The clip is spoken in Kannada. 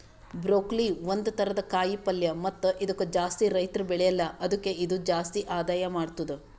ಬ್ರೋಕೊಲಿ ಒಂದ್ ಥರದ ಕಾಯಿ ಪಲ್ಯ ಮತ್ತ ಇದುಕ್ ಜಾಸ್ತಿ ರೈತುರ್ ಬೆಳೆಲ್ಲಾ ಆದುಕೆ ಇದು ಜಾಸ್ತಿ ಆದಾಯ ಮಾಡತ್ತುದ